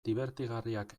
dibertigarriak